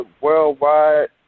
worldwide